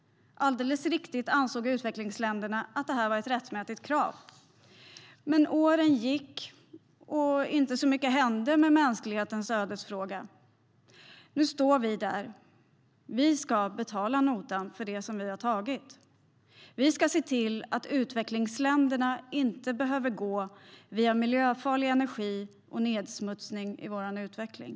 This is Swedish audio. Alldeles riktigt ansåg utvecklingsländerna att detta var ett rättmätigt krav. Men åren gick, och det hände inte så mycket med "mänsklighetens ödesfråga". Nu står vi där: Vi ska betala notan för det som vi har tagit. Vi ska se till att utvecklingsländerna inte behöver gå via miljöfarlig energi och nedsmutsning i sin utveckling.